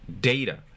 data